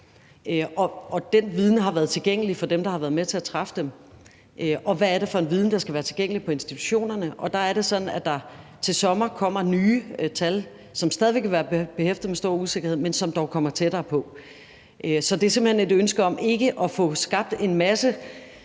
har den viden været tilgængelig for dem, der har været med til at træffe de beslutninger, og hvad er det for en viden, der skal være tilgængelig på institutionerne? Og der er det sådan, at der til sommer kommer nye tal, som stadig væk vil være behæftet med stor usikkerhed, men som dog kommer tættere på. Så det er simpelt hen et ønske om ikke at få skabt en masse